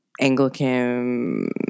Anglican